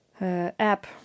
app